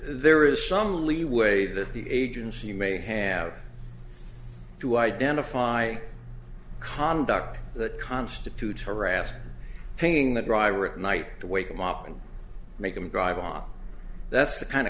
there is some leeway that the agency may have to identify conduct that constitutes harassing paying the driver at night to wake them up and make them drive off that's the kind of